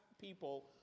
people